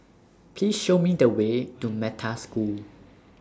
Please Show Me The Way to Metta School